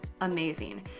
amazing